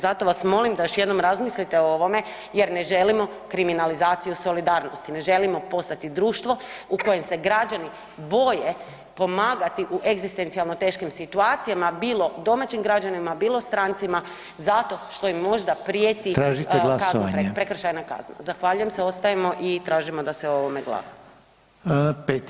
Zato vas molim da još jednom razmislite o ovome jer ne želimo kriminalizaciju solidarnosti, ne želimo postati društvo u kojem se građani boje pomagati u egzistencijalno teškim situacijama bilo domaćim građanima, bilo strancima zato što im možda prijeti kazna, prekršajna kazna [[Upadica: Tražite glasovanje?]] zahvaljujem se, ostajemo i tražimo da se o ovome glasa.